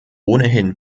ohnehin